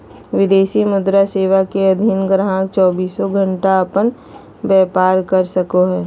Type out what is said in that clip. विदेशी मुद्रा सेवा के अधीन गाहक़ चौबीसों घण्टा अपन व्यापार कर सको हय